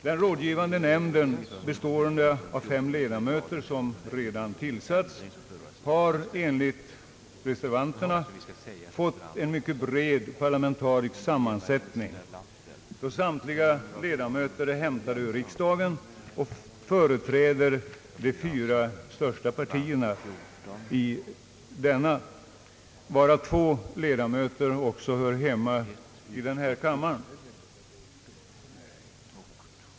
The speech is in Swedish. Den rådgivande nämnden, bestående av fem ledamöter som redan tillsatts, har enligt reservanterna fått en mycket bred parlamentarisk sammansättning då samtliga ledamöter är hämtade ur riksdagen och företräder de fyra största partierna, varav två ledamöter också hör hemma i denna kammare.